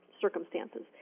circumstances